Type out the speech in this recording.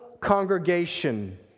congregation